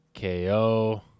ko